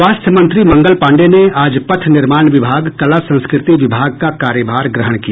स्वास्थ्य मंत्री मंगल पांडेय ने आज पथ निर्माण विभाग कला संस्कृति विभाग का कार्यभार ग्रहण किया